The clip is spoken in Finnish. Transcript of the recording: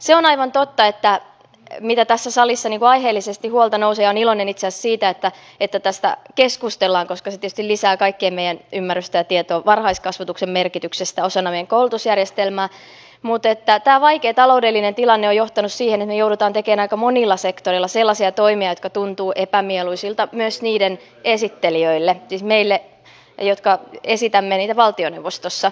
se on aivan totta mistä tässä salissa aiheellisesti huolta nousi ja olen iloinen itse asiassa siitä että tästä keskustellaan koska se tietysti lisää kaikkien meidän ymmärrystä ja tietoa varhaiskasvatuksen merkityksestä osana meidän koulutusjärjestelmää että tämä vaikea taloudellinen tilanne on johtanut siihen että me joudumme tekemään aika monilla sektoreilla sellaisia toimia jotka tuntuvat epämieluisilta myös niiden esittelijöille siis meille jotka esitämme niitä valtioneuvostossa